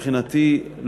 מבחינתי,